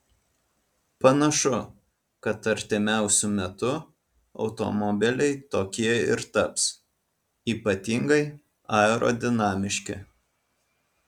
panašu kad artimiausiu metu automobiliai tokie ir taps ypatingai aerodinamiški